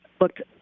looked